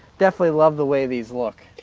definitely love the way these look.